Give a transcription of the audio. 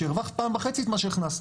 כשהרווחת פעם וחצי את מה שהכנסת.